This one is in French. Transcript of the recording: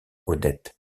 odette